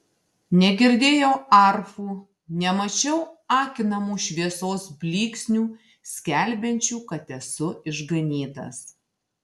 negirdėjau arfų nemačiau akinamų šviesos blyksnių skelbiančių kad esu išganytas